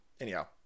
Anyhow